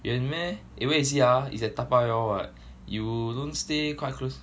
远 meh eh where is it ah is at 大巴窑 what you also stay quite close